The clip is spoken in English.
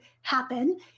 happen